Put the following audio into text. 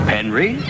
Henry